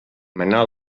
manà